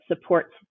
supports